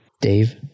Dave